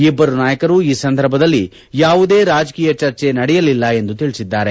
ಇಬ್ಬರೂ ನಾಯಕರೂ ಈ ಸಂದರ್ಭದಲ್ಲಿ ಯಾವುದೇ ರಾಜಕೀಯ ಚರ್ಚೆ ನಡೆಯಲಿಲ್ಲ ಎಂದು ತಿಳಿಸಿದ್ದಾರೆ